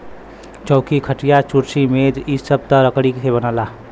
चौकी, खटिया, कुर्सी मेज इ सब त लकड़ी से बनला